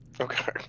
Okay